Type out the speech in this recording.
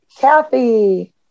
Kathy